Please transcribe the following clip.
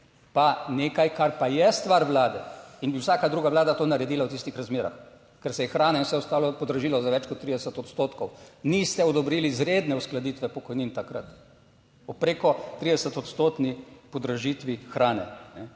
pa nekaj, kar pa je stvar vlade in bi vsaka druga vlada to naredila v tistih razmerah, ker se je hrana in vse ostalo podražila za več kot 30 odstotkov. Niste odobrili izredne uskladitve pokojnin takrat preko 30 odstotni podražitvi hrane.